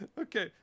Okay